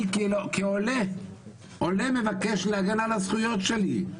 אני כעולה מבקש להגן על הזכויות שלי.